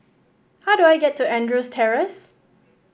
how do I get to Andrews Terrace